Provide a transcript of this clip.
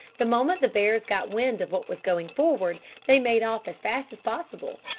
the moment the bears got wind of what was going forward they made off as fast as possible,